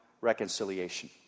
Reconciliation